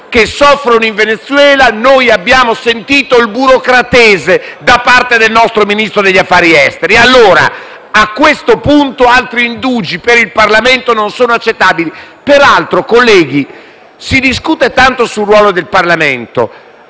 che soffrono in Venezuela, abbiamo sentito il burocratese da parte del nostro Ministro degli affari esteri e della cooperazione internazionale. A questo punto altri indugi per il Parlamento non sono accettabili. Peraltro, colleghi, si discute tanto sul ruolo del Parlamento